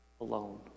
alone